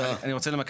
אני רוצה למקד את זה.